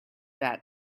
that